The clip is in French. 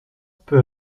peu